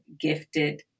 gifted